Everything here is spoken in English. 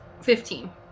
Fifteen